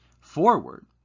forward